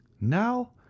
Now